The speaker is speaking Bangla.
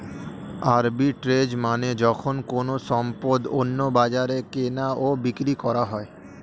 আরবিট্রেজ মানে যখন কোনো সম্পদ অন্য বাজারে কেনা ও বিক্রি করা হয়